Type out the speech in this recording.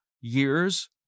years